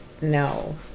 no